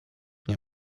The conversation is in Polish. nią